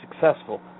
successful